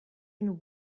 been